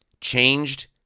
changed